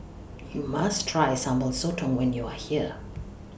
YOU must Try Sambal Sotong when YOU Are here